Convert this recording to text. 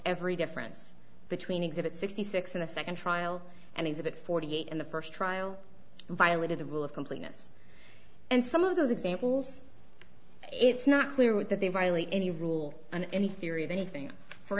every difference between exhibit sixty six in the second trial and exhibit forty eight in the first trial violated the rule of completeness and some of those examples it's not clear with that they violate any rule on any theory of anything for